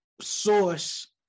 source